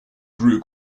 grew